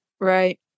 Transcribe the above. Right